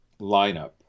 Lineup